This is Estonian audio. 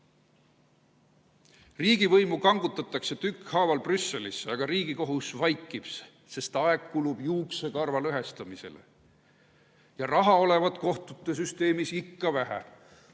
Riigivõimu kangutatakse tükkhaaval Brüsselisse, aga Riigikohus vaikib, sest aeg kulub juuksekarva lõhestamisele. Ja raha olevat kohtusüsteemis vähe.